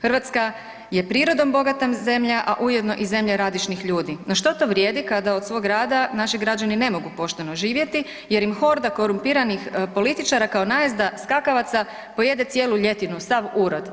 Hrvatska je prirodom bogata zemlja, a ujedno i zemlja radišnih ljudi, no što to vrijedi kada od svoga rada naši građani ne mogu pošteno živjeti jer im horda korumpiranih političara kao najezda skakavaca pojede cijelu ljetinu, sav urod.